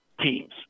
teams